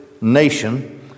nation